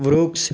વૃક્ષ